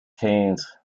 cannes